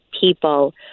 people